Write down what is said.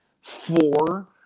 four